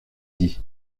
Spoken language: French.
dit